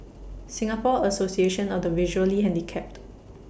Singapore Association of The Visually Handicapped